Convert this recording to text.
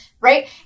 Right